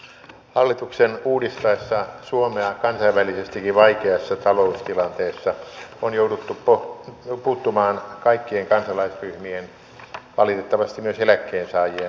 hallituksen uudistaessa suomea kansainvälisestikin vaikeassa taloustilanteessa on jouduttu puuttumaan kaikkien kansalaisryhmien valitettavasti myös eläkkeensaajien asemaan